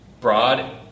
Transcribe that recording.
broad